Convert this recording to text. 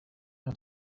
how